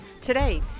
today